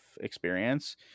experience